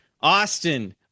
Austin